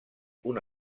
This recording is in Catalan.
una